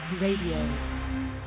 Radio